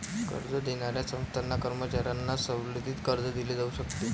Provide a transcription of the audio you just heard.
कर्ज देणाऱ्या संस्थांच्या कर्मचाऱ्यांना सवलतीचे कर्ज दिले जाऊ शकते